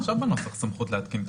יש כבר עכשיו בנוסח סמכות להתקין תקנות.